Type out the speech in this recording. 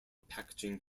packaging